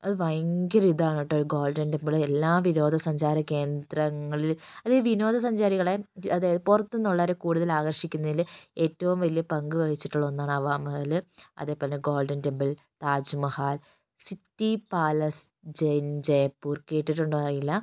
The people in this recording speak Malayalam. അത് ഭയങ്കര ഇതാണ് കെട്ടോ ഈ ഗോൾഡൻ ടെമ്പിൾ എല്ലാ വിനോദ സഞ്ചാരകേന്ദ്രങ്ങളിലും അതായത് വിനോദസഞ്ചാരികളെ അതായതു പുറത്തുനിന്നുള്ളവരെ കൂടുതൽ ആകർഷിക്കുന്നതില് ഏറ്റവും വലിയ പങ്ക് വഹിച്ചിട്ടുള്ള ഒന്നാണ് ഹവമെഹൽ അതേപോലെതന്നെ Golden Temple Taj Mahal City Palace in Jaipur കേട്ടിട്ടുണ്ടോ എന്നറിയില്ല